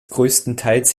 größtenteils